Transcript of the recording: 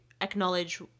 acknowledge